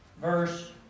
verse